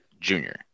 junior